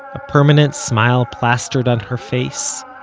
a permanent smile plastered on her face,